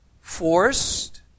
forced